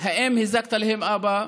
האם הזקת להם, אבא?